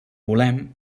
volem